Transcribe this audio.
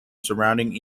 surroundings